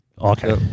Okay